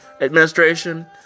administration